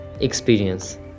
experience